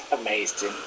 amazing